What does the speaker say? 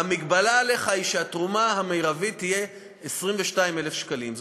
והמגבלה עליך היא שהתרומה המרבית תהיה 22,000 שקלים.